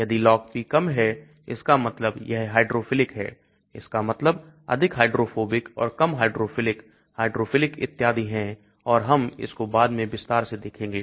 यदि LogP कम है इसका मतलब यह हाइड्रोफिलिक है इसका मतलब अधिक हाइड्रोफोबिक और कम हाइड्रोफिलिक हाइड्रोफिलिक इत्यादि है और हम इस को बाद में विस्तार से देखेंगे